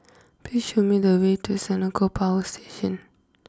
please show me the way to Senoko Power Station